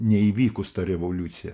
neįvykus ta revoliucija